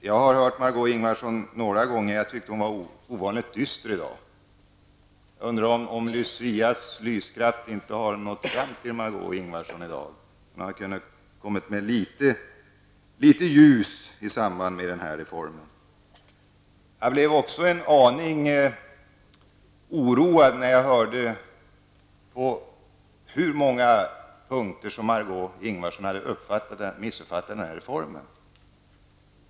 Jag har hört Margó Ingvardsson tala några gånger tidigare, och jag tyckte att hon i dag var ovanligt dyster. Jag undrar om Lucias lyskraft inte nått fram till Margó Ingvardsson. Hon kunde ha varit litet ljusare i tonen när hon talade om den här reformen. Jag blev också en aning oroad när jag hörde på hur många punkter Margó Ingvardsson hade missuppfattat reformen.